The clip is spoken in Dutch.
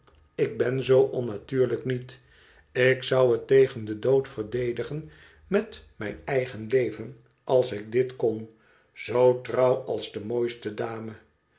ik ben zoo onnatuurlijk niet ik zou het tegen den dood verdedigen met mijn eigen leven als ik dit kon zoo trouw als de mooiste dame